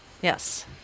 Yes